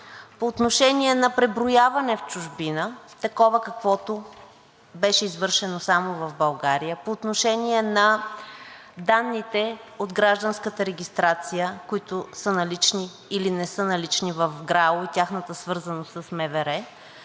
по отношение на преброяване в чужбина – такова, каквото беше извършено само в България, по отношение на данните от гражданската регистрация, които са налични или не са налични в Главна дирекция